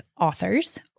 authors